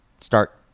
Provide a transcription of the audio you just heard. start